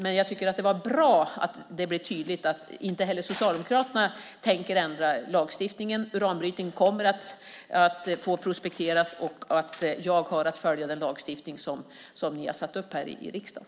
Men jag tycker att det är bra att det blev tydligt att inte heller Socialdemokraterna tänker ändra lagstiftningen. Uranbrytning kommer att få prospekteras, och jag har att följa den lagstiftning som ni har satt upp här i riksdagen.